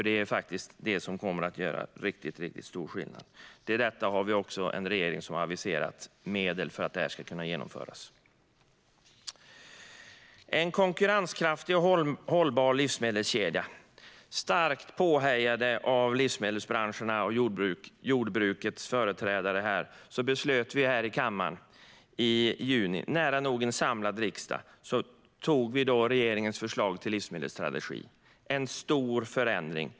Det kommer att göra riktigt stor skillnad. Till detta har vi en regering som har aviserat medel för att det ska kunna genomföras. Vi ska ha en konkurrenskraftig och hållbar livsmedelskedja. Starkt påhejade av livsmedelsbranscherna och jordbrukets företrädare antog vi här i kammaren i juni, med en nära nog samlad riksdag, regeringens förslag till livsmedelsstrategi. Det är en stor förändring.